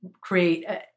create